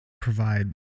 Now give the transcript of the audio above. provide